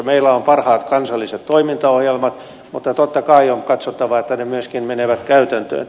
meillä on parhaat kansalliset toimintaohjelmat mutta totta kai on katsottava että ne myöskin menevät käytäntöön